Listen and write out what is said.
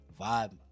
vibe